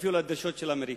ואפילו לדרישות של האמריקנים.